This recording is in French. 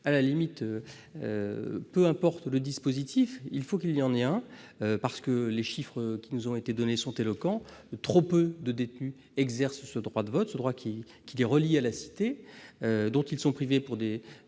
en soit, peu importe le dispositif, il faut qu'il y en ait un ! Les chiffres avancés sont effectivement éloquents. Trop peu de détenus exercent le droit de vote, ce droit qui les relie à la cité et dont ils sont privés pour des